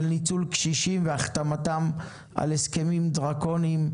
של ניצול קשישים והחתמתם על הסכמים דרקוניים,